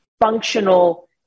functional